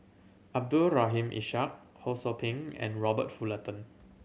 Abdul Rahim Ishak Ho Sou Ping and Robert Fullerton